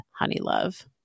Honeylove